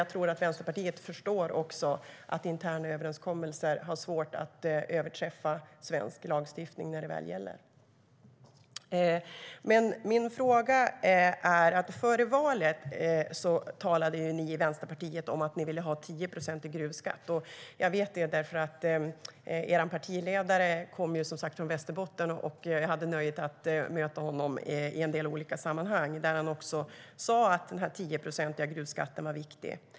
Jag tror att Vänsterpartiet också förstår att interna överenskommelser har svårt att överträffa svensk lagstiftning när det väl gäller. Jag har dock en fråga. Före valet talade ni i Vänsterpartiet om att ni ville ha 10 procent i gruvskatt. Er partiledare kommer ju från Västerbotten, och jag hade nöjet att möta honom i en del olika sammanhang där han sa att den 10-procentiga gruvskatten är viktig.